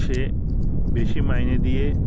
সে বেশি মাইনে দিয়ে